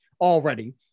already